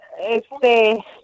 este